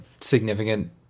significant